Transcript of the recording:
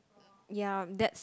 ya that's